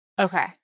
Okay